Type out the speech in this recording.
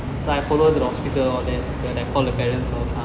so I follow her to the hospital all that then call the parents all come